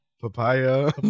papaya